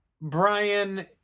Brian